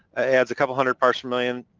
adds a couple hundred parts per million,